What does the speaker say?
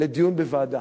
לדיון בוועדה,